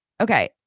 okay